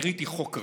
אני ראיתי חוק רע.